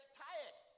tired